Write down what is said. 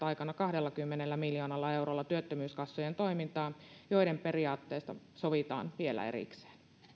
aikana kahdellakymmenellä miljoonalla eurolla työttömyyskassojen toimintaa joiden periaatteesta sovitaan vielä erikseen